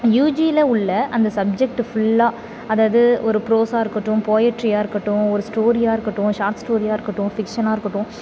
யூஜியில் உள்ள அந்த சப்ஜெக்ட்டு ஃபுல்லாக அதாவது ஒரு ப்ரோஸாக இருக்கட்டும் போயட்ரியாக இருக்கட்டும் ஒரு ஸ்டோரியாக இருக்கட்டும் ஷார்ட் ஸ்டோரியாக இருக்கட்டும் ஃபிக்ஷனாக இருக்கட்டும்